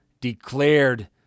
declared